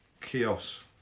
Chaos